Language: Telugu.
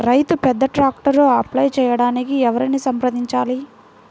రైతు పెద్ద ట్రాక్టర్కు అప్లై చేయడానికి ఎవరిని సంప్రదించాలి?